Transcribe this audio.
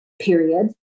period